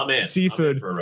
seafood